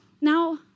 now